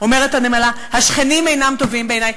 אומרת הנמלה: השכנים אינם טובים בעיני.